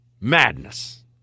Madness